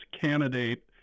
candidate